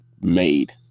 made